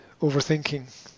overthinking